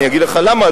אני אגיד לך למה,